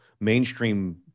mainstream